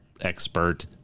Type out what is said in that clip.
expert